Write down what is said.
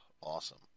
awesome